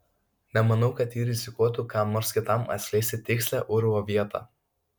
nemanau kad ji rizikuotų kam nors kitam atskleisti tikslią urvo vietą